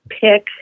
pick